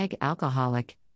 alcoholic